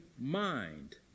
mind